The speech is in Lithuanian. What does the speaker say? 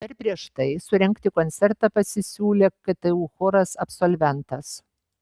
dar prieš tai surengti koncertą pasisiūlė ktu choras absolventas